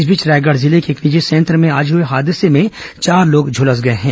इस बीच रायगढ़ जिले के एक निजी संयंत्र में आज हुए हादसे में चार लोग झुलस गए हैं